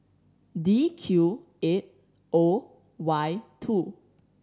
D Q eight O Y two